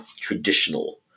traditional